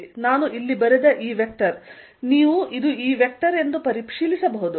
ನಾನು ಇಲ್ಲಿ ಬರೆದ ಈ ವೆಕ್ಟರ್ ನೀವು ಇದು ಈ ವೆಕ್ಟರ್ ಎಂದು ಪರಿಶೀಲಿಸಬಹುದು